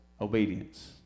obedience